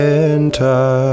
Winter